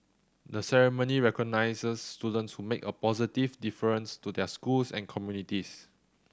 the ceremony recognises students who make a positive difference to their schools and communities